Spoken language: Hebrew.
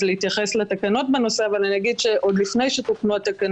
של הממשלה לנושא הזה כדי שיקימו את אותן תוכניות